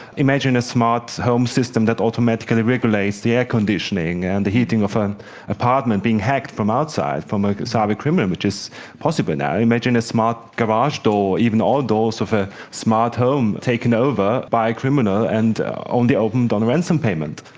imagine a smart home system that automatically the air-conditioning and the heating of an apartment being hacked from outside, from a cyber-criminal, which is possible now. imagine a smart garage door, even all doors of a smart home taken over by a criminal and only opened on a ransom payment.